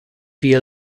via